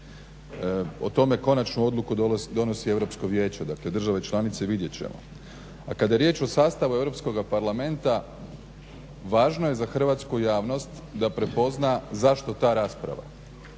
O tome konačnu odluku donosi Europsko vijeće. Dakle, države članice vidjet ćemo. A kada je riječ o sastavu Europskoga parlamenta važno je za hrvatsku javnost da prepozna zašto ta rasprava.